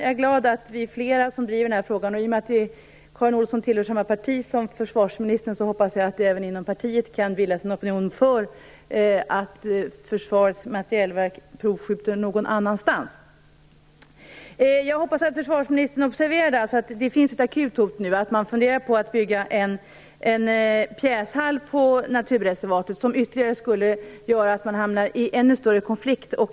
Jag är glad att vi är flera som driver den här frågan. I och med att Karin Olsson tillhör samma parti som försvarsministern hoppas jag att det även inom partiet kan bildas en opinion för att Försvarets materielverk provskjuter någon annanstans. Jag hoppas att försvarsministern observerar att det nu finns ett akut hot. Man funderar på att bygga en pjäshall i naturreservatet som ytterligare skulle göra att man hamnar i ännu större konflikt.